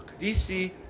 DC